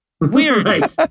Weird